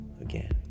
again